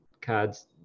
cards